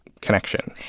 connection